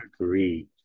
Agreed